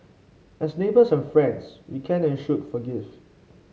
as neighbours and friends we can and should forgive